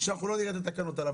שאנחנו לא נראה את התקנות עליו.